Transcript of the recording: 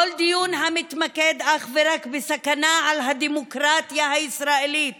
כל דיון המתמקד אך ורק בסכנה לדמוקרטיה הישראלית